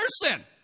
person